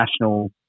national